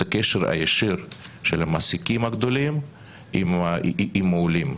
הקשר הישיר של המעסיקים הגדולים עם העולים.